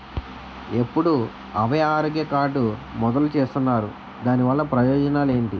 ఎప్పుడు అభయ ఆరోగ్య కార్డ్ మొదలు చేస్తున్నారు? దాని వల్ల ప్రయోజనాలు ఎంటి?